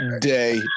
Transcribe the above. day